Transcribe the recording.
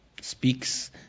speaks